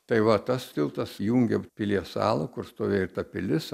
tai va tas tiltas jungia pilies salą kur stovėjo ir ta pilis